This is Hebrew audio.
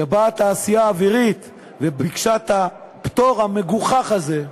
כשבאה התעשייה האווירית וביקשה את הפטור המגוחך הזה,